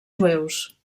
jueus